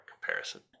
comparison